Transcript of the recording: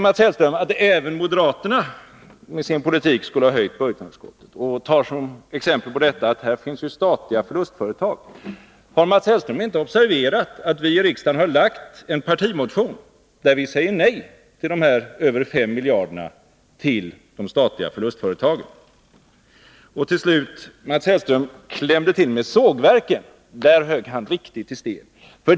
Mats Hellström säger att även moderaterna med sin politik skulle ha ökat budgetunderskottet och tar som exempel att det i Sverige finns statliga förlustföretag. Har Mats Hellström inte observerat att vi har väckt en partimotion, där vi säger nej till de över 5 miljarderna till de statliga förlustföretagen? Mats Hellström klämde till med sågverken. Där högg han riktigt i sten.